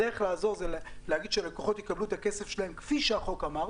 הדרך לעזור זה להגיד שהלקוחות יקבלו את הכסף שלהם כפי שהחוק אמר,